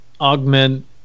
augment